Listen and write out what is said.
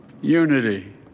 Unity